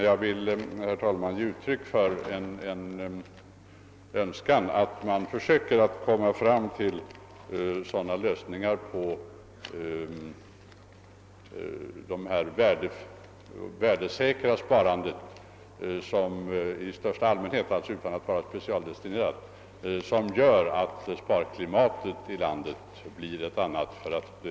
Jag vill emellertid ge uttryck för en önskan att man försöker åstadkomma sådana lösningar när det gäller ett värdesäkert sparande i största allmänhet och alltså utan specialdestinering, att sparklimatet i landet blir ett annat.